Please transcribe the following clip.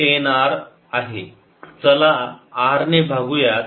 I2 602110RV1RI2 60R2110R चला R ने भागूयात